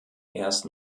erst